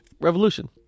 Revolution